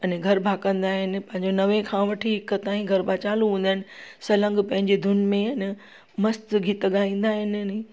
अने गरबा कंदा आहिनि पंहिंजे नवें खां वठी हिकु ताईं गरबा चालू हूंदा आहिनि सलंग पंहिंजी धून में अइन मस्तु गीत ॻाईंदा आहिनि